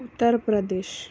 Uttar Pradesh